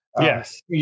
Yes